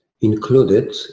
included